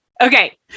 Okay